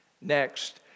Next